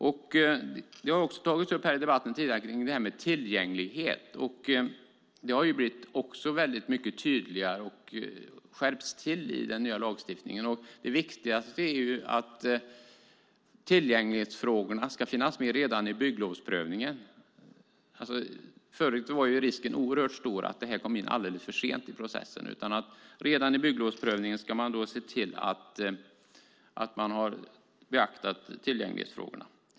Tidigare i den här debatten har frågan om tillgänglighet tagits upp. Även detta har skärpts och blivit mycket tydligare i den nya lagstiftningen. Det viktigaste är att tillgänglighetsfrågorna ska finnas med redan i bygglovsprövningen. Förut var risken oerhört stor att detta kom in alldeles för sent i processen, men nu ska man redan i bygglovsprövningen se till att man har beaktat tillgänglighetsfrågorna.